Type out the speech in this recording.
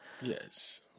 Yes